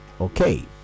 okay